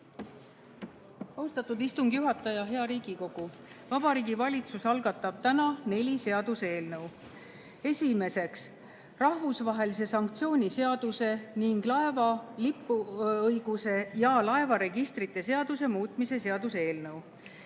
Austatud istungi juhataja! Hea Riigikogu! Vabariigi Valitsus algatab täna neli seaduseelnõu. Esiteks, rahvusvahelise sanktsiooni seaduse ning laeva lipuõiguse ja laevaregistrite seaduse muutmise seaduse eelnõu.